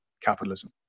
capitalism